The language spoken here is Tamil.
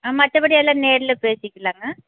மற்றப்படி எல்லாம் நேரில் பேசிக்கலாங்க